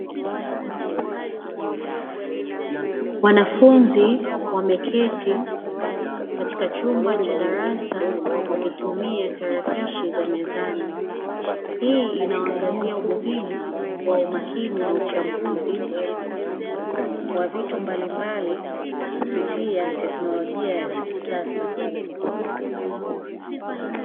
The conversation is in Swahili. Wanafunzi wameketi katika chumba cha darasa, wakitumia tarakilishi za mezani. Hii inawaangazia umuhimu wa umakini na uchambuzi wa vitu mbalimbali kupitia teknolojia ya kisasa.